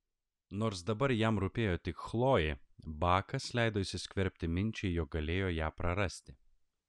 nors dabar jam rūpėjo tik chlojė bakas leido įsiskverbti minčiai jog galėjo ją prarasti